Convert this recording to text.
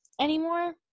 anymore